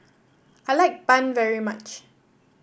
I like bun very much